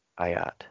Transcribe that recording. Ayat